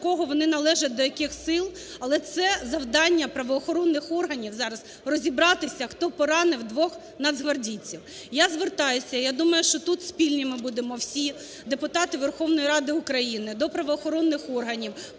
кого вони належать, до яких сил, але це завдання правоохоронних органів зараз розібратися, хто поранив двох нацгвардійців. Я звертаюсь, я думаю, що тут спільні ми будемо всі, депутати Верховної Ради України, до правоохоронних органів